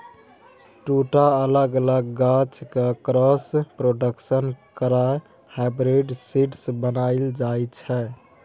दु टा अलग अलग गाछ केँ क्रॉस प्रोडक्शन करा हाइब्रिड सीड बनाएल जाइ छै